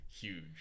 huge